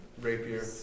rapier